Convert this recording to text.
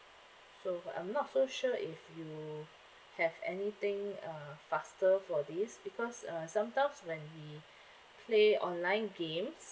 so I'm not so sure if you have anything uh faster for this because uh sometimes when we play online games